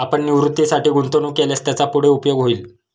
आपण निवृत्तीसाठी गुंतवणूक केल्यास त्याचा पुढे उपयोग होईल